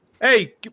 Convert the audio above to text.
hey